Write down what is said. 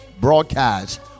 broadcast